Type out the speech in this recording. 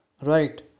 right